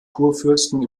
kurfürsten